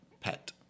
pet